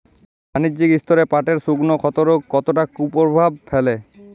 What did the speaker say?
বাণিজ্যিক স্তরে পাটের শুকনো ক্ষতরোগ কতটা কুপ্রভাব ফেলে?